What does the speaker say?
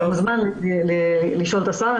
אתה מוזמן לשאול את השר.